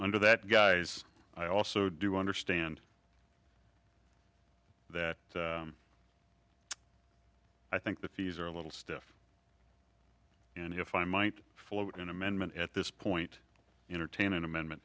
under that guys i also do understand that i think the fees are a little stiff and if i might float an amendment at this point intertainment amendment